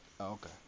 Okay